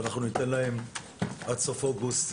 ואנחנו ניתן להם עד סוף אוגוסט,